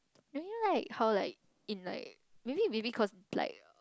don't you like how like in like maybe maybe cause like